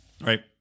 Right